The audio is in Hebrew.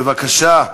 בבקשה.